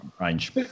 range